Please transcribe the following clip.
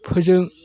फोजों